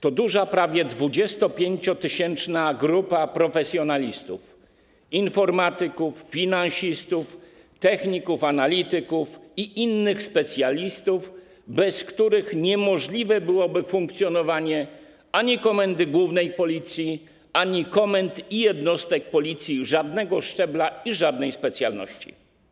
To duża, prawie 25-tysięczna grupa profesjonalistów: informatyków, finansistów, techników, analityków i innych specjalistów, bez których niemożliwe byłoby funkcjonowanie ani Komendy Głównej Policji, ani komend i jednostek Policji żadnego szczebla i żadnej specjalności.